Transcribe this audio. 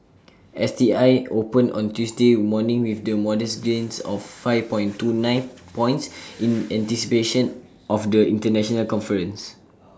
S T I opened on Tuesday morning with modest gains of five point two nine points in anticipation of the International conference